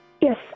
Yes